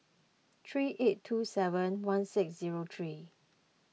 three eight two seven one six zero three